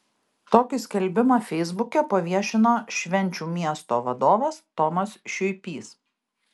tokį skelbimą feisbuke paviešino švenčių miesto vadovas tomas šiuipys